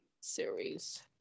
series